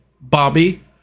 Bobby